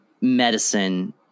medicine